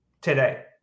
today